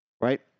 Right